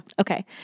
Okay